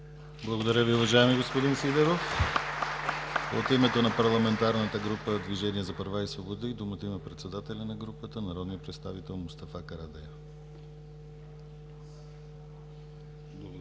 Благодаря, уважаеми господин Сидеров. От името на парламентарната група на „Движение за права и свободи“ има думата председателят на групата народният представител Мустафа Карадайъ.